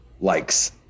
likes